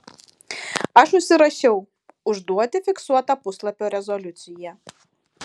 aš užsirašiau užduoti fiksuotą puslapio rezoliuciją